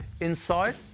inside